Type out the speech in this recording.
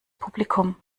publikum